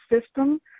system